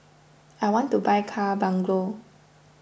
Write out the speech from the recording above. I want to buy car bungalow